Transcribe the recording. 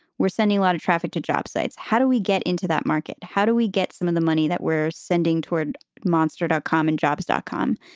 we're sending a lot of traffic to job sites. how do we get into that market? how do we get some of the money that we're sending toward monster dot com and jobs, dot com?